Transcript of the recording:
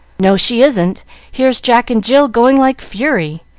no, she isn't here's jack and jill going like fury.